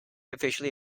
officially